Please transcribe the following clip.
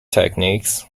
techniques